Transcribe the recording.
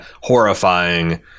horrifying